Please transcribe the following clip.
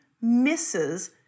misses